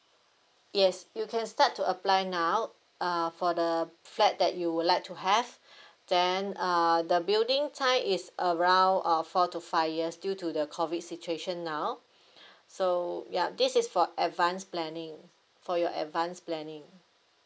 yes you can start to apply now uh for the flat that you would like to have then uh the building time is around uh is four to five years due to the COVID situation now so ya this is for advance planning for your advance planning